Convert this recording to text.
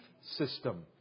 system